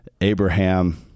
Abraham